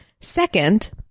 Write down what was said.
Second